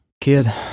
Kid